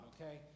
okay